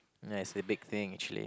yeah it's a big thing actually